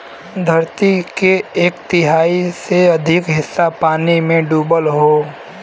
धरती के एक तिहाई से अधिक हिस्सा पानी में डूबल हौ